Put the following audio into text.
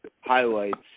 highlights